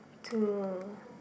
to